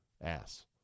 ass